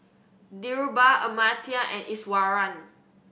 Dhirubhai Amartya and Iswaran